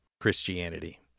Christianity